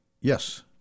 yes